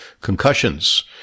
concussions